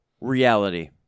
reality